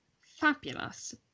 Fabulous